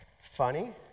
Funny